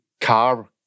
car